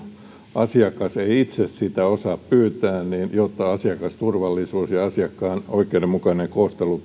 asiakas ei itse sitä osaa pyytää jotta asiakasturvallisuus ja asiakkaan oikeudenmukainen kohtelu